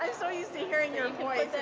i'm so used to hearing your voice